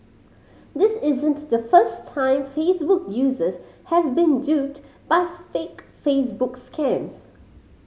this isn't the first time Facebook users have been duped by fake Facebook scams